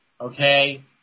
Okay